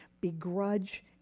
begrudge